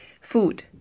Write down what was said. Food